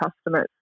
customers